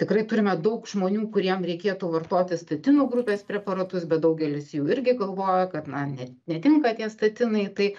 tikrai turime daug žmonių kuriem reikėtų vartoti statinų grupės preparatus bet daugelis jų irgi galvoja kad na ne netinka tie statinai tai